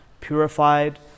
purified